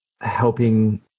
helping